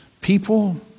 people